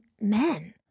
men